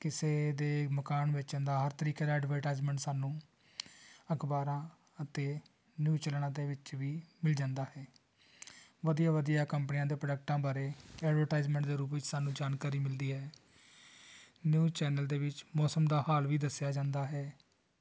ਕਿਸੇ ਦੇ ਮਕਾਨ ਵੇਚਣ ਦਾ ਹਰ ਤਰੀਕੇ ਦਾ ਐਡਵਰਟਾਈਜਮੈਂਟ ਸਾਨੂੰ ਅਖਬਾਰਾਂ ਅਤੇ ਨਿਊਜ਼ ਚੈਨਲਾਂ ਦੇ ਵਿੱਚ ਵੀ ਮਿਲ ਜਾਂਦਾ ਹੈ ਵਧੀਆ ਵਧੀਆ ਕੰਪਨੀਆਂ ਦੇ ਪ੍ਰੋਡਕਟਾਂ ਬਾਰੇ ਐਡਵਰਟਾਈਜਮੈਂਟ ਦੇ ਰੂਪ ਵਿੱਚ ਸਾਨੂੰ ਜਾਣਕਾਰੀ ਮਿਲਦੀ ਹੈ ਨਿਊਜ਼ ਚੈਨਲ ਦੇ ਵਿੱਚ ਮੌਸਮ ਦਾ ਹਾਲ ਵੀ ਦੱਸਿਆ ਜਾਂਦਾ ਹੈ